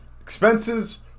expenses